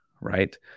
right